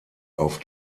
auf